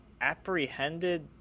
apprehended